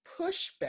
pushback